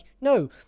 no